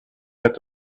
had